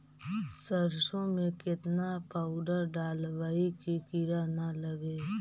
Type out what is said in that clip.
सरसों में केतना पाउडर डालबइ कि किड़ा न लगे?